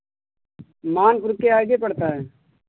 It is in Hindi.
मानपुर के आगे पड़ता है